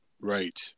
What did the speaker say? Right